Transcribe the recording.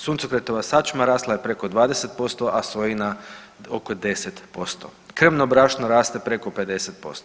Suncokretova sačma rasla je preko 20%, a sojina oko 10%, krmno brašno raste preko 50%